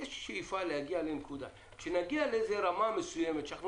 יש שאיפה להגיע לנקודה כשנגיע לרמה מסוימת שאנחנו